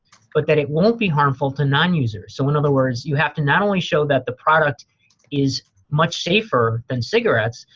but that it won't be harmful to non-users. so, in other words, you have to not only show that the product is much safer than cigarettes,